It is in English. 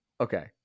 Okay